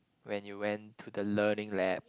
when you went to the learning lab